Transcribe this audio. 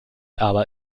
aber